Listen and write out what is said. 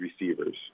receivers